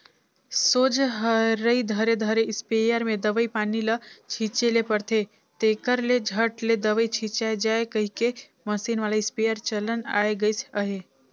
सोझ हरई धरे धरे इस्पेयर मे दवई पानी ल छीचे ले रहथे, तेकर ले झट ले दवई छिचाए जाए कहिके मसीन वाला इस्पेयर चलन आए गइस अहे